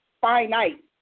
finite